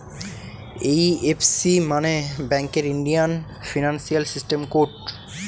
IFC মানে ব্যাঙ্কের Indian financial system code